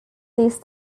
these